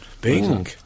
Bing